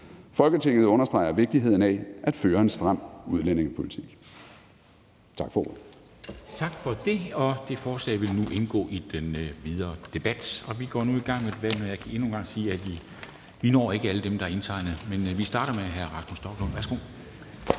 Folketinget understreger vigtigheden af at føre en stram udlændingepolitik.« (Forslag